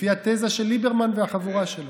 של ליברמן והחבורה שלו.